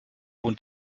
und